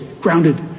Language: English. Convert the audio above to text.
grounded